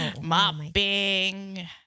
mopping